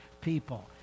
people